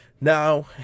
Now